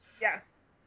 Yes